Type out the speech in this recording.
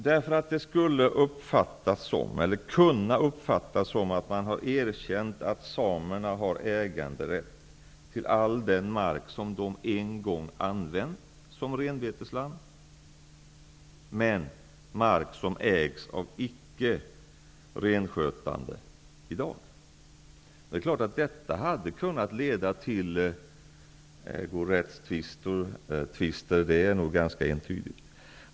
Det skulle kunna uppfattas som att vi har erkänt att samerna har äganderätt till all den mark som de en gång använt som renbetesland, men som i dag ägs av icke renskötande människor. Detta hade kunnat leda till ägorättstvister. Det är nog ganska entydigt.